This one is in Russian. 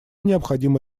необходимо